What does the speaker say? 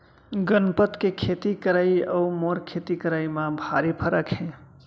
गनपत के खेती करई अउ मोर खेती करई म भारी फरक हे